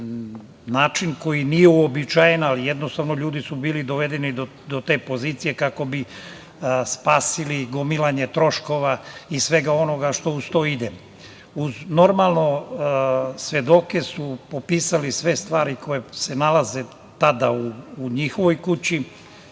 način koji nije uobičajen, ali jednostavno ljudi su bili dovedeni do te pozicije kako bi spasili gomilanje troškova i svega onoga što uz to ide. Uz svedoke su popisali sve stvari koje se nalaze tada u njihovoj kući